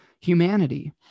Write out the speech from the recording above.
humanity